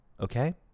Okay